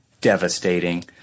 devastating